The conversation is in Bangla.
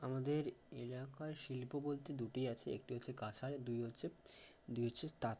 আমাদের এলাকায় শিল্প বলতে দুটি আছে একটি হচ্ছে কাঁসা দুই হচ্ছে দুই হচ্ছে তাঁত